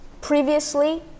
previously